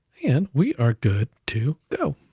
and we are good to go.